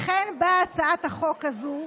לכן באה הצעת החוק הזו,